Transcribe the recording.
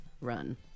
run